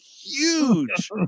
huge